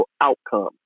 outcome